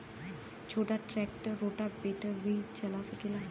छोटा tractor rotavator भी चला सकेला?